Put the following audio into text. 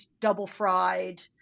double-fried